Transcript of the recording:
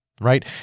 right